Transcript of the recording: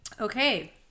Okay